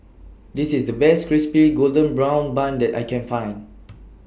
This IS The Best Crispy Golden Brown Bun that I Can Find